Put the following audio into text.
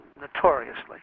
notoriously